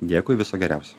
dėkui viso geriausio